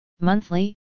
monthly